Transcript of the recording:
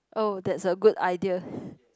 oh that's a good idea